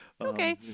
Okay